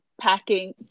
packing –